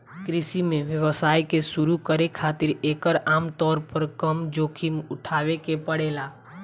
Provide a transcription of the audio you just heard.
कृषि में व्यवसाय के शुरू करे खातिर एकर आमतौर पर कम जोखिम उठावे के पड़ेला